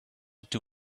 too